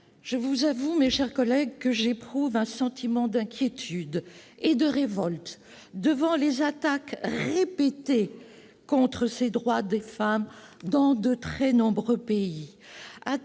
Je vous avoue, mes chers collègues, que j'éprouve un sentiment d'inquiétude et de révolte devant les attaques répétées contre les droits des femmes dans de très nombreux pays,